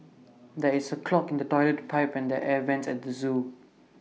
there is A clog in the Toilet Pipe and the air Vents at the Zoo